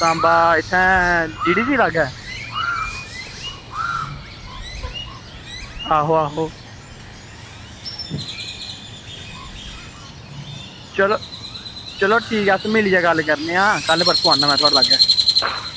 सांबा इत्तें G D C लाग्गै आहो आहो चलो ठीक ऐ अस मिलियै गल्ल करने आं कल परसों आना में तुआढ़े लाग्गै